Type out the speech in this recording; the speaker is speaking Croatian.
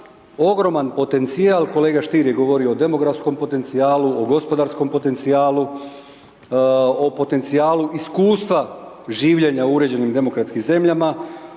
ogroman potencijal, kolega Stier je govorio o demografskom potencijalu, o gospodarskom potencijalu, o potencijalu iskustva življenja u uređenim demokratskim zemljama,